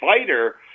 fighter